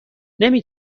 نمی